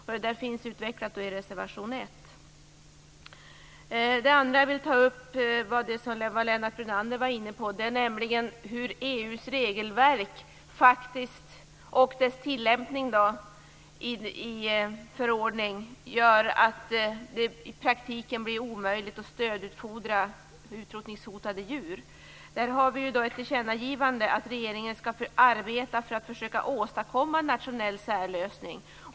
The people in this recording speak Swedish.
Det här finns utvecklat i reservation 1. Det andra jag vill ta upp är det som Lennart Brunander var inne på, nämligen hur EU:s regelverk och dess tillämpning faktiskt gör att det i praktiken blir omöjligt att stödutfodra utrotningshotade djur. Där har vi ett tillkännagivande att regeringen skall få arbeta för att försöka åstadkomma en nationell särlösning.